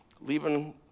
leaving